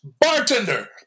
bartender